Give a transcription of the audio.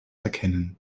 erkennen